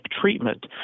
treatment